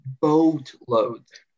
boatloads